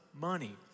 money